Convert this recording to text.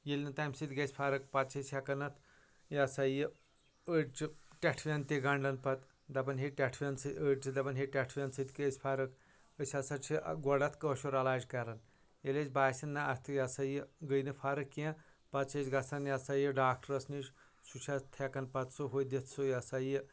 ییٚلہٕ نہٕ تَمہِ سۭتۍ گژھِ فَرق پَتہٕ چھِ أسۍ ہٮ۪کان اَتھ یِہ ہسا یہِ أڑۍ چھِ ٹٮ۪ٹھوَن تہِ گنٛڈان پَتہٕ دَپان ہے ٹٮ۪ٹھوَن سۭتۍ أڑۍ چھِ دَپان ہے ٹٮ۪ٹھوَن سۭتۍ گٔیے اَسہِ فَرق أسۍ ہَسا چھِ گۄڈٕ اَتھ کٲشُر علاج کَران ییٚلہِ اَسہِ باسہِ نہ اَتھ یِہ ہسا یہِ گٔیے نہٕ فَرَق کینٛہہ پَتہٕ چھِ أسۍ گژھان یِہ ہسا یہِ ڈاکٹَرَس نِش سُہ چھُ اَتھ ہٮ۪کان پَتہٕ سُہ ہُہ دِتھ سُہ یِہ ہسا یہِ